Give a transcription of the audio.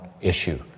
issue